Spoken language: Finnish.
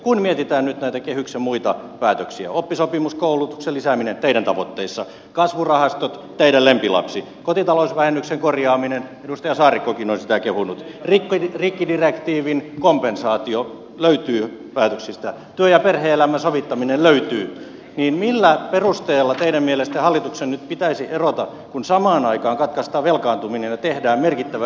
kun mietitään nyt näitä kehyksen muita päätöksiä oppisopimuskoulutuksen lisääminen teidän tavoitteissanne kasvurahastot teidän lempilapsenne kotitalousvähennyksen korjaaminen edustaja saarikkokin on sitä kehunut rikkidirektiivin kompensaatio löytyy päätöksistä työ ja perhe elämän sovittaminen löytyy niin millä perusteella teidän mielestänne hallituksen nyt pitäisi erota kun samaan aikaan katkaistaan velkaantuminen ja tehdään merkittävä yritysverouudistus